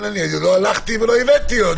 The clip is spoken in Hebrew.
לא הלכתי ולא הבאתי עוד,